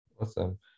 awesome